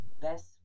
best